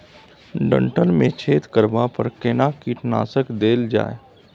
डंठल मे छेद करबा पर केना कीटनासक देल जाय?